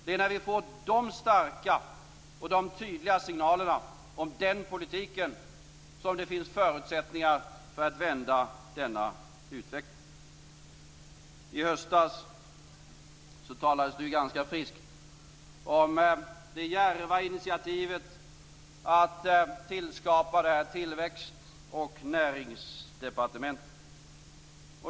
Det är när vi får de starka och tydliga signalerna om den politiken som det finns förutsättningar för att vända denna utveckling. I höstas talades det ju ganska friskt om det djärva initiativet att tillskapa ett tillväxt och näringsdepartement.